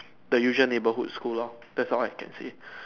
the usual neighbourhood school lor that's all I can say